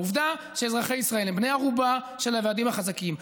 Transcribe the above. העובדה היא שאזרחי ישראל הם בני ערובה של הוועדים החזקים,